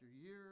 year